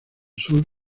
sur